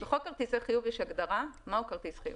בחוק כרטיסי חיוב יש הגדרה מהו כרטיס חיוב.